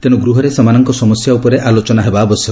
ତେଣୁ ଗୃହରେ ସେମାନଙ୍କ ସମସ୍ୟା ଉପରେ ଆଲୋଚନା ହେବା ଉଚିତ୍